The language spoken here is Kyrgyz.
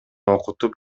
окутуп